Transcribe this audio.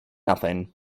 nothing